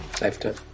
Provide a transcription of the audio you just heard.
Lifetime